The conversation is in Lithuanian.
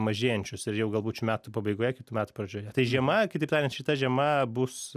mažėjančius ir jau galbūt šių metų pabaigoje kitų metų pradžioje tai žiema kitaip tariant šita žiema bus